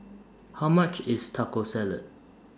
How much IS Taco Salad